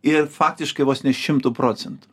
ir faktiškai vos ne šimtu procentų